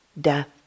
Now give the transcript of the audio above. death